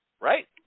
Right